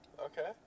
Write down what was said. Okay